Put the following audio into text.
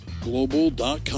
Global.com